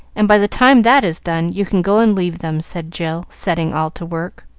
and, by the time that is done, you can go and leave them, said jill, setting all to work.